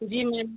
जी ma'am